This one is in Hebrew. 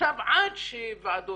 עכשיו עד שהוועדות,